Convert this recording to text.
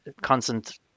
constant